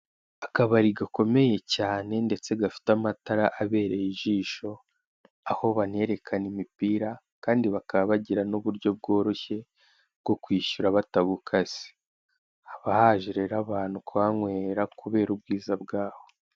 Akabari gakomeye cyane ndetse gafite amatara abereye ijisho, aho banerekana imipira kandi bakaba bagira n'uburyo bworoshye bwo kwishyura batagukase, haba haje rero abantu kuhanywera kubera ubwiza bwaho.